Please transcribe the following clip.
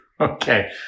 Okay